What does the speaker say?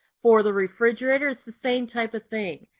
for the refrigerator it's the same type of thing.